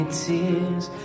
tears